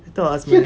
you tahu az punya